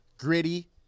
gritty